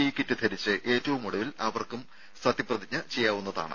E kit ധരിച്ച് ഏറ്റവും ഒടുവിൽ അവർക്കും സത്യപ്രതിജ്ഞ ചെയ്യാവുന്നതാണ്